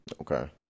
Okay